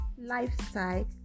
lifestyle